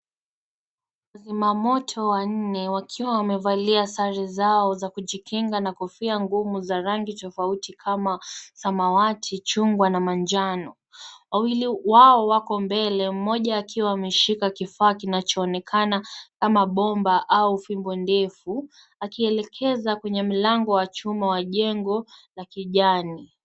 Wazima moto wanne wakiwa wamevalia sare na kofia ngumu za rangi tofauti kama samawati, chungwa na manjano. Wawili wao wako mbele mmoja akiwa ameshika kifaa kinachoonekana kama bomba au fimbo ndefu akielekeza kwenye mlango wa chuma wa jengo la kijani.